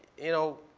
you know,